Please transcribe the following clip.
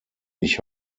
ich